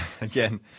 again